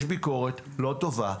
יש ביקורת לא טובה,